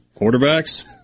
Quarterbacks